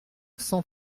cent